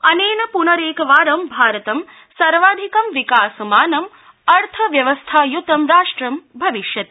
अनेन पूनरेकवारं भारतं सर्वाधिकं विकासमानं अर्थव्यवस्थायूतं राष्ट्रं भविष्यति